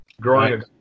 growing